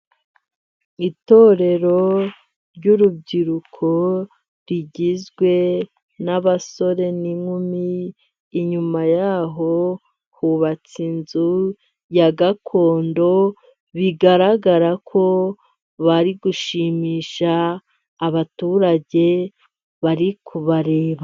Itorero ry'urubyiruko rigizwe n'abasore n'inkumi. Inyuma yaho hubatse inzu ya gakondo bigaragara ko bari gushimisha abaturage bari kubareba.